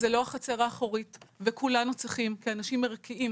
זה לא החצר האחורית וכולנו צריכים כאנשים ערכיים,